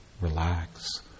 relax